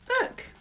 Look